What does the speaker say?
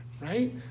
Right